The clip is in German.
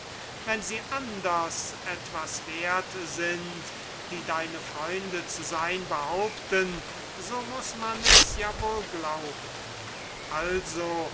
wenn sie anders etwas wert sind die deine freunde zu sein behaupten so muß man es ja wohl glauben also